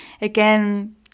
again